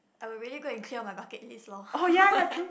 I would really go and clear my bucket list loh